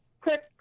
Quick